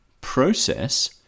process